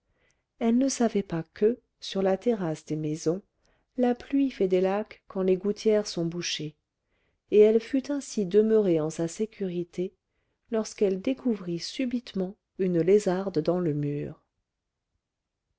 elle ne savait pas que sur la terrasse des maisons la pluie fait des lacs quand les gouttières sont bouchées et elle fût ainsi demeurée en sa sécurité lorsqu'elle découvrit subitement une lézarde dans le mur